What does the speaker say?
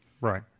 Right